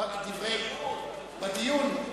בדיון.